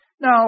Now